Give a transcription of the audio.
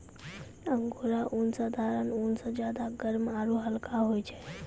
angora ऊन साधारण ऊन स ज्यादा गर्म आरू हल्का होय छै